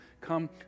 Come